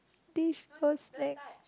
dish or snack